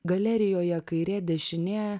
galerijoje kairė dešinė